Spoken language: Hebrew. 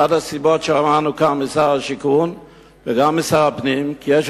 אחת הסיבות ששמענו כאן משר השיכון וגם משר הפנים היא שיש